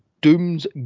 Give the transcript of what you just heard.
Doom's